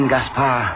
Gaspar